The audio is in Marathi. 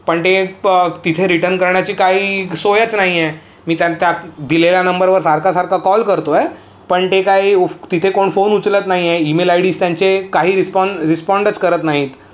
पण ते तिथे रिटर्न करण्याची काही सोयच नाहीये मी त्या दिलेल्या नंबरवर सारखा सारखा कॉल करतोय पण ते काही उफ तिथे कोण फोन उचलत नाहीये ईमेल आयडीज त्यांचे काही रिस्पॉन रिस्पॉन्डच करत नाहीत